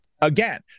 Again